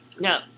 No